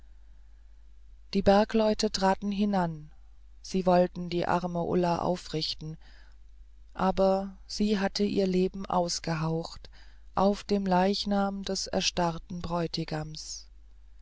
die bergleute traten hinan sie wollten die arme ulla aufrichten aber sie hatte ihr leben ausgehaucht auf dem leichnam des erstarrten bräutigams